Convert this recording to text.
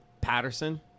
Patterson